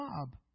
job